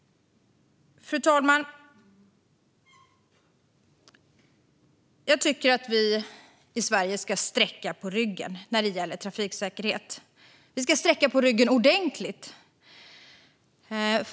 Fru talman! Jag tycker att vi i Sverige ska sträcka på ryggen när det gäller trafiksäkerhet. Vi ska sträcka på ryggen ordentligt.